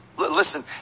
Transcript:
Listen